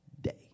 day